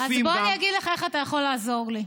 אז בוא ואגיד לך איך אתה יכול לעזור לי.